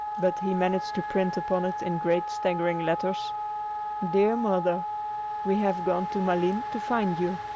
but he managed to print upon it in great staggering letters dear mother we have gone to malines to find you.